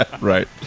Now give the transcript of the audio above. Right